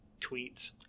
tweets